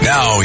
Now